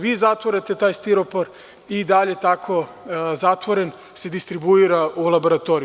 Vi zatvarate taj stiropor i dalje tako zatvoren se distribuira u laboratoriju.